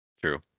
True